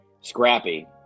scrappy